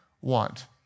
want